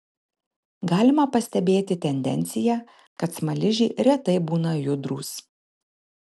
galima pastebėti tendenciją kad smaližiai retai būna judrūs